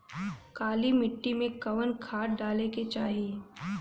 काली मिट्टी में कवन खाद डाले के चाही?